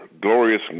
glorious